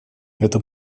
это